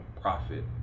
profit